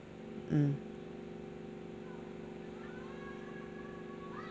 mm